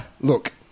Look